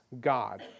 God